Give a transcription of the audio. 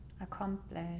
accomplish